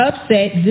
upset